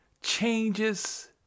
changes